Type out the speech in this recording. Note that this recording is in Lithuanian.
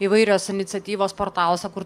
įvairios iniciatyvos portaluose kur